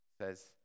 says